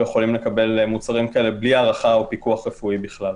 ויכולים לקבל מוצרים כאלה בלי הערכה או פיקוח רפואי בכלל.